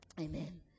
Amen